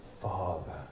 Father